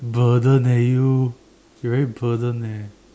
burden eh you you really burden eh